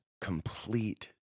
complete